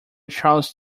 charles